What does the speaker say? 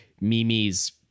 Mimi's